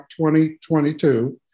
2022